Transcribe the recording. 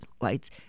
Lights